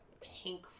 pink